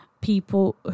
people